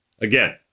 again